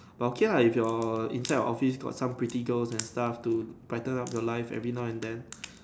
but okay lah if your inside your office got some pretty girls and stuff to brighten up your life every now and then